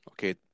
okay